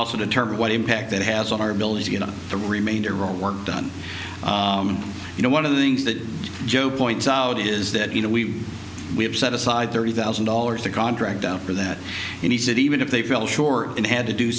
also determine what impact that has on our ability to get on the remainder road work done you know one of the things that joe points out is that you know we we have set aside thirty thousand dollars to contract out for that and he said even if they feel sure it had to do